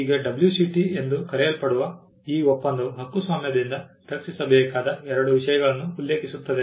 ಈಗ WCT ಎಂದು ಕರೆಯಲ್ಪಡುವ ಈ ಒಪ್ಪಂದವು ಹಕ್ಕುಸ್ವಾಮ್ಯದಿಂದ ರಕ್ಷಿಸಬೇಕಾದ ಎರಡು ವಿಷಯಗಳನ್ನು ಉಲ್ಲೇಖಿಸುತ್ತದೆ